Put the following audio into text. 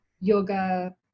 yoga